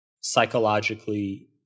psychologically